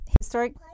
Historic